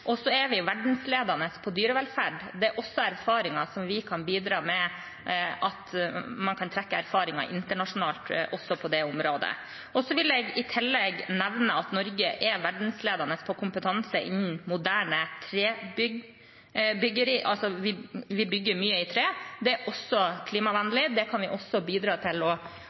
er også verdensledende på dyrevelferd. Det er erfaringer vi kan bidra med internasjonalt også på det området. Jeg vil i tillegg nevne at Norge er verdensledende på kompetanse innen moderne trebygg, vi bygger mye i tre. Det er også klimavennlig, og der kan vi bidra til mer kunnskap internasjonalt. Min ambisjon som landbruks- og matminister i Norge er å